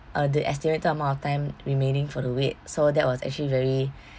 uh the estimated amount of time remaining for the wait so that was actually very